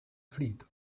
fleet